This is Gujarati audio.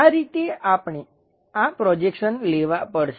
આ રીતે આપણે આ પ્રોજેક્શન લેવાં પડશે